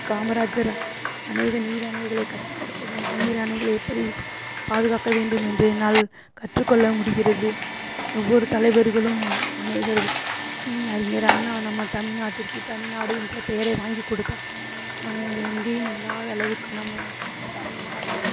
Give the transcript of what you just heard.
காமராஜர் அநேக நீர் அணைகளை கட்டி கொடுத்த ஓ நீர் அணைகளை எப்படி ஸ் பாதுகாக்க வேண்டும் என்று என்னால் கற்றுக் கொள்ள முடிகிறது ஒவ்வொரு தலைவர்களும் ஆ அநேகர் அறிஞர் அண்ணா நம்ம தமிழ்நாட்டிற்கு தமிழ்நாடு என்ற பெயரை வாங்கிக் கொடுத்தார் நம்ம எங்கையும் இல்லாத அளவுக்கு நம்ம தமிழ்நாடு என்று